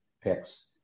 picks